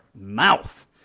mouth